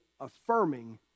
affirming